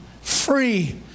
free